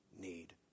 need